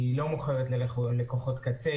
היא לא מוכרת ללקוחות קצה,